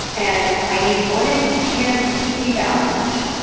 and i need one in each hand to keep me balanced.